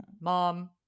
Mom